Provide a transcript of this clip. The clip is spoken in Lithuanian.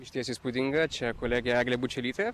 išties įspūdinga čia kolegė eglė bučelytė